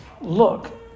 look